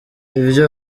ibyo